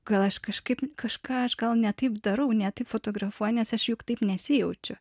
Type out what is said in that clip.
gal aš kažkaip kažką aš gal ne taip darau ne taip fotografuoju nes aš juk taip nesijaučiau